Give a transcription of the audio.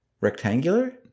rectangular